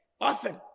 Often